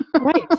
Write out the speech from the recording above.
Right